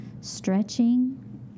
stretching